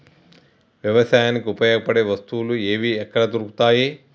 వ్యవసాయానికి ఉపయోగపడే వస్తువులు ఏవి ఎక్కడ దొరుకుతాయి?